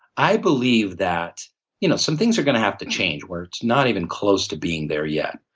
i believe that you know some things are gonna have to change, where it's not even close to being there yet.